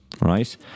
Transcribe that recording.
right